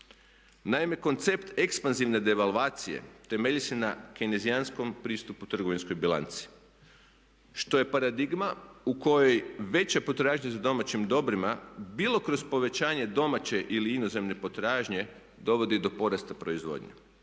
Naime koncept ekspanzivne devaluacije temelji se ne kejnezijanskom pristupu trgovinskoj bilanci što je paradigma u kojoj veća potražnja za domaćim dobrima bilo kroz povećanje domaće ili inozemne potražnje dovodi do porasta proizvodnje.